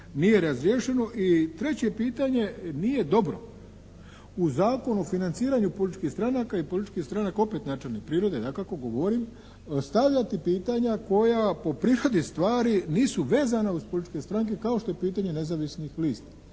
nije razriješeno. I treće pitanje, nije dobro u Zakonu o financiranju političkih stranaka i političkih stranaka opet načelne prirode, dakako govorim, stavljati pitanja koja po prirodi stvari nisu vezana uz političke stranke kao što je pitanje nezavisnih lista.